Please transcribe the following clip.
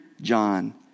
John